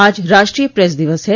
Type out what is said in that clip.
आज राष्ट्रीय प्रेस दिवस है